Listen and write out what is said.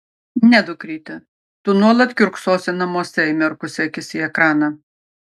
ne dukryte tu nuolat kiurksosi namuose įmerkusi akis į ekraną